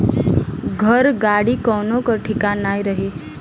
घर, गाड़ी कवनो कअ ठिकान नाइ रही